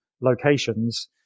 locations